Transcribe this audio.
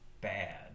bad